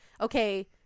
okay